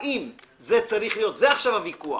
זה עכשיו הוויכוח,